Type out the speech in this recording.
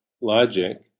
logic